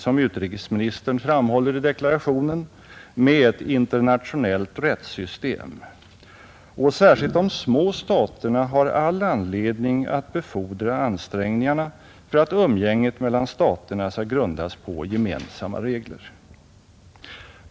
Som utrikesministern säger i deklarationen är det utmärkt och nödvändigt med ett internationellt rättssystem, och särskilt de små staterna har all anledning att befordra ansträngningarna för att umgänget mellan staterna skall grundas på gemensamma regler.